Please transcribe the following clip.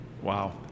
Wow